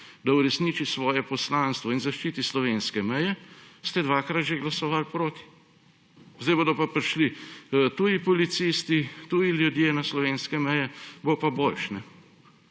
da uresniči svoje poslanstvo in zaščiti slovenske meje, ste dvakrat že glasoval proti. Zdaj bodo pa prišli tuji policisti, tuji ljudje na slovenske meje, bo pa boljše.